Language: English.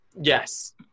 Yes